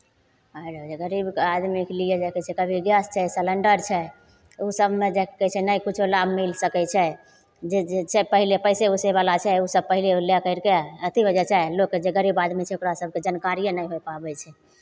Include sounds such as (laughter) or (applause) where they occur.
गरीब आदमीके लिए जएह किछु (unintelligible) कभी गैस छै सेलेण्डर छै ओ सभमे जे की कहै छै नहि किछो लाभ मिल सकै छै जे जे छै पहिले पैसे उसेवला छै ओसभ पहिले लए करि कऽ अथी हो जाइ छै लोकके जे गरीब आदमी छै ओकरा सभकेँ जानकारिए नहि होय पाबै छै